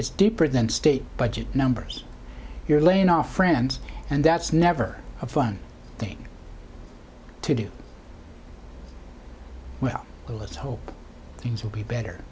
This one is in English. is deeper than state budget numbers you're laying off friends and that's never a fun thing to do well let's hope things will be better